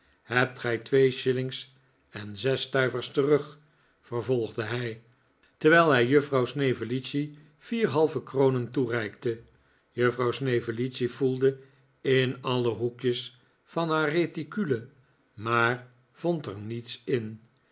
hebt gij twee shillings en zes stuivers terug vervolgde hij terwijl hij juffrouw snevellicci vier halve kronen toereikte juffrouw snevellicci voelde in alle hoekjes van haar reticule maar vond er niets in